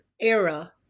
era